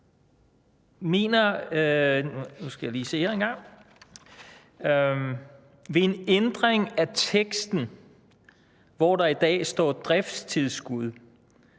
vil en ændring af teksten fra, hvor der i dag står »driftstilskud